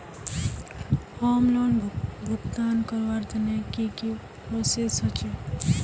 Home loan भुगतान करवार तने की की प्रोसेस होचे?